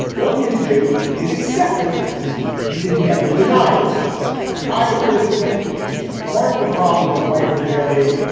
or you can do is accept the criticism. you could never deny the criticism to deny. the criticism is to be part of the problem of white fragility.